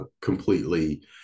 completely